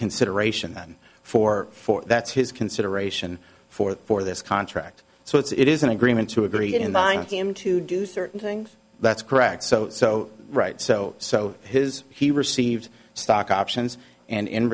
consideration for that's his consideration for for this contract so it's it is an agreement to agree in the final game to do certain things that's correct so so right so so his he received stock options and in